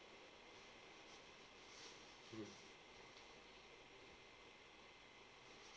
mm